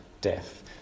death